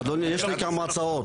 אדוני, יש לי כמה הצעות.